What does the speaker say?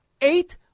eight